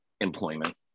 employment